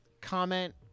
comment